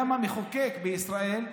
גם המחוקק בישראל,